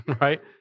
right